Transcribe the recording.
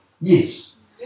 Yes